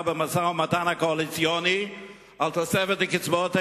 במשא-ומתן הקואליציוני על תוספת לקצבאות הילדים.